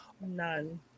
None